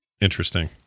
Interesting